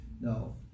no